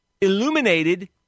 illuminated